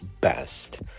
best